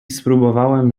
spróbowałem